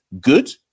good